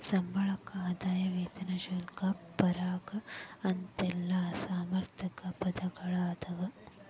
ಸಂಬಳಕ್ಕ ಆದಾಯ ವೇತನ ಶುಲ್ಕ ಪಗಾರ ಅಂತೆಲ್ಲಾ ಸಮಾನಾರ್ಥಕ ಪದಗಳದಾವ